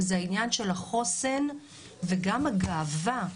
זה העניין של החוסן וגם הגאווה,